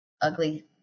ugly